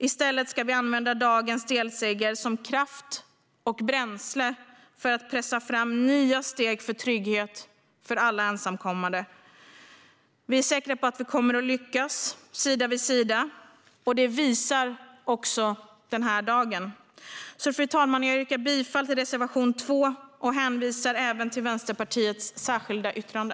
I stället ska vi använda dagens delseger som kraft och bränsle för att pressa fram nya steg för trygghet för alla ensamkommande. Vi är säkra på att vi kommer att lyckas sida vid sida. Det visar också den här dagen. Fru talman! Jag yrkar bifall till reservation 2 och hänvisar även till Vänsterpartiets särskilda yttrande.